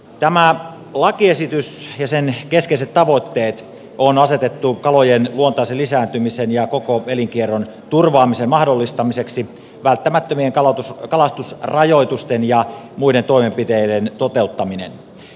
tämän lakiesityksen keskeiseksi tavoitteeksi on asetettu kalojen luontaisen lisääntymisen ja koko elinkierron turvaaminen mahdollistamalla välttämättömien kalastusrajoitusten ja muiden toimenpiteiden toteuttaminen